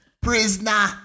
prisoner